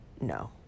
No